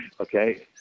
Okay